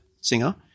singer